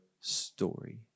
story